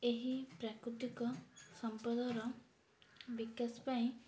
ଏହି ପ୍ରାକୃତିକ ସମ୍ପଦର ବିକାଶ ପାଇଁ